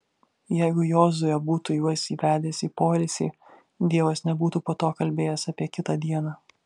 jeigu jozuė būtų juos įvedęs į poilsį dievas nebūtų po to kalbėjęs apie kitą dieną